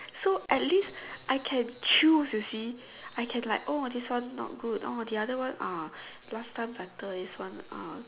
so at least I can choose you see I can like oh this one not good oh the other one ah last time better this one ah